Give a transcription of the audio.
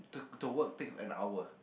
the work takes an hour